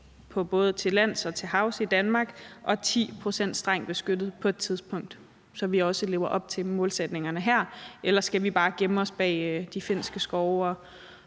både til lands og til havs i Danmark og på et tidspunkt 10 pct. strengt beskyttet natur, så vi også lever op til målsætningerne her. Eller skal vi bare gemme os bag de finske skove og